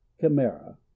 Chimera